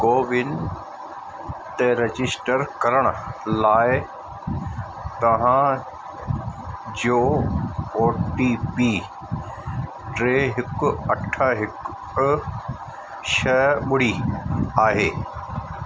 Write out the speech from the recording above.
CoWIN ते register करण लाइ तव्हां जो ओ टी पी टे हिकु अठ हिकु छह ॿुड़ी आहे